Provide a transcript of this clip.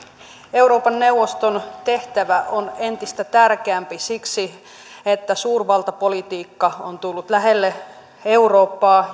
euroopan neuvoston tehtävä on entistä tärkeämpi siksi että suurvaltapolitiikka on tullut lähelle eurooppaa